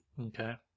Okay